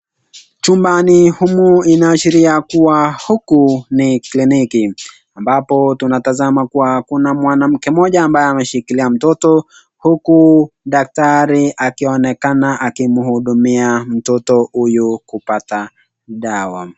Chumbani humu inaashiria kuwa huku ni kliniki ambapo tunatazama kuwa kuna mwanamke mmoja ambaye ameshikilia mtoto huku daktari akionekana akimhudumia mtoto huyu kupata dawa.